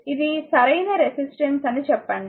ఇది సరైన రెసిస్టెన్స్ అని చెప్పండి